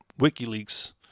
WikiLeaks